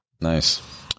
Nice